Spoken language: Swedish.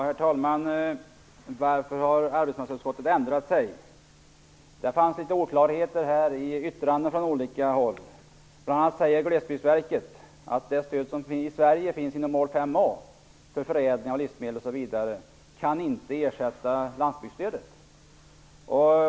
Herr talman! Varför har arbetsmarknadsutskottet ändrat sig? frågar Dan Ericsson. Det fanns litet oklarheter i yttranden från olika håll. Bl.a. säger Glesbygdsverket att det stöd som i Sverige finns inom mål 5a, för förädling av livsmedel osv., inte kan ersätta landsbygdsstödet.